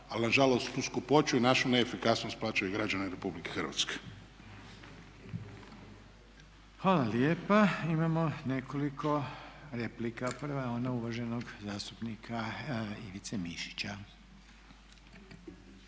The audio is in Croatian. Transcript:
ali na žalost tu skupoću i našu neefikasnost plaćaju građani Republike Hrvatske. **Reiner, Željko (HDZ)** Hvala lijepa. Imamo nekoliko replika. Prva je ona uvaženog zastupnika Ivice Mišića.